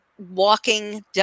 walking